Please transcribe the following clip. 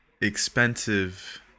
expensive